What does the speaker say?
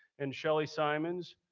and shelly simonds,